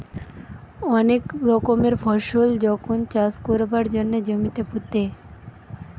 অনেক রকমের ফসল যখন চাষ কোরবার জন্যে জমিতে পুঁতে